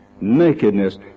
nakedness